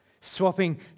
swapping